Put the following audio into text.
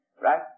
right